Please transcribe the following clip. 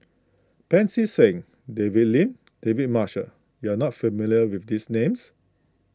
Pancy Seng David Lim and David Marshall you are not familiar with these names